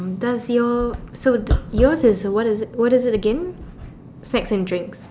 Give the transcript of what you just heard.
does your so yours is what is what is it again snacks and drinks